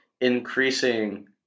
increasing